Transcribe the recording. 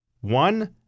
One